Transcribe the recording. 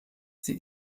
sie